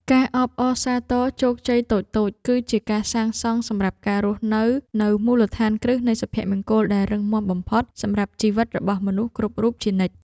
ការអបអរសាទរជោគជ័យតូចៗគឺជាការសាងសង់សម្រាប់ការរស់នៅនូវមូលដ្ឋានគ្រឹះនៃសុភមង្គលដែលរឹងមាំបំផុតសម្រាប់ជីវិតរបស់មនុស្សគ្រប់រូបជានិច្ច។